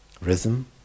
rhythm